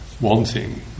wanting